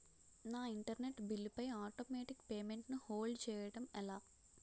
నా internet bill పై automatic payment ను హోల్డ్ చేయటం ఎలా?